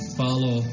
follow